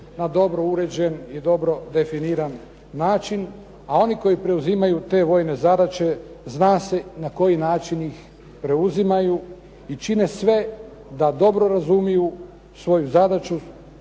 na dobro uređen i dobro definiran način, a oni koji preuzimaju te vojne zadaće, zna se na koji način ih preuzimaju i čine sve da dobro razumiju svoju zadaću,